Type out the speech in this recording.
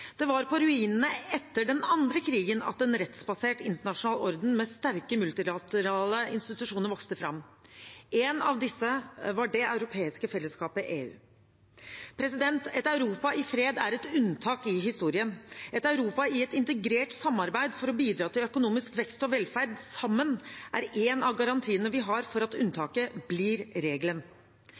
Det var på ruinene etter den andre krigen at en rettsbasert internasjonal orden med sterke multilaterale institusjoner vokste fram. En av disse var De europeiske fellesskap – EU. Et Europa i fred er et unntak i historien. Et Europa i et integrert samarbeid for å bidra til økonomisk vekst og velferd sammen er en av garantiene vi har for at unntaket blir regelen.